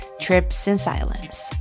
tripsinsilence